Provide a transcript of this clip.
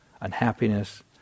unhappiness